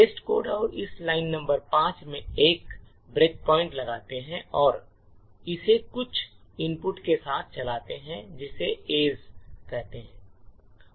test code और हम line number 5 में एक ब्रेकपॉइंट लगाते हैं और इसे कुछ इनपुट के साथ चलाते हैं जिसे A's कहते हैं